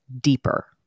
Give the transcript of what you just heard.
deeper